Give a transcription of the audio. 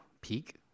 peak